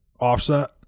Offset